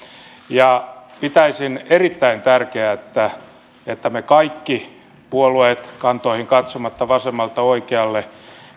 pitäisin erittäin tärkeänä että me kaikki puolueet kantoihin katsomatta vasemmalta oikealle